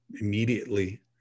immediately